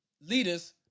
leaders